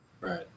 Right